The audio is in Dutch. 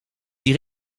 die